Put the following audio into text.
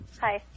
Hi